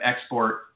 export